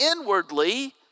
inwardly